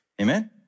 Amen